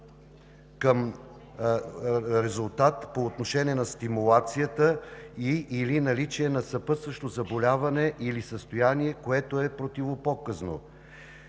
лош резултат по отношение на стимулацията и/или наличие на съпътстващо заболяване, или състояние, което е противопоказно;